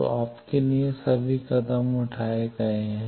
तो आपके लिए सभी कदम उठाए गए हैं